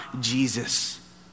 Jesus